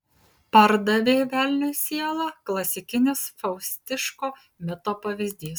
pardavė velniui sielą klasikinis faustiško mito pavyzdys